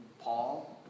Paul